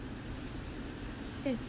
that's